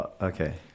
Okay